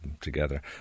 together